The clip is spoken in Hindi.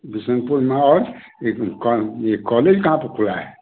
बिशनपुर में और यह यह कॉलेज कहाँ पर खुला है